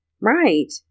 Right